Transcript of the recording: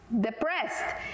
depressed